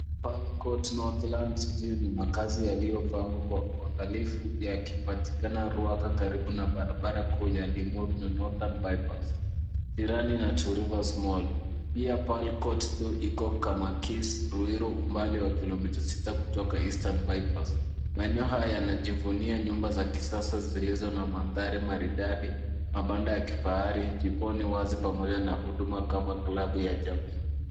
Pearl Court Northlands View ni makazi yaliyopangwa kwa unagalifu yakipatikana Ruaka karibu na barabara kuu ya Limuru na Northern Bypass jirani na Two Rivers Mall. Pia Pearl View Court iko Kamakis Ruiru umbali wa kilomita sita kutoka Eastern Bypass. Maeneo haya yanajivunia nyumba za kisasa zilizo na mandhari maridadi, mabanda ya kifahari, jikoni wazi pamoja na huduma kama klabu ya jamii.